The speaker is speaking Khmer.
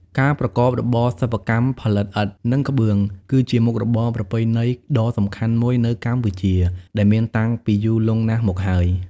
ការប្រកបរបរសិប្បកម្មផលិតឥដ្ឋ និងក្បឿង គឺជាមុខរបរប្រពៃណីដ៏សំខាន់មួយនៅកម្ពុជា ដែលមានតាំងពីយូរលង់ណាស់មកហើយ។